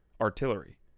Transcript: artillery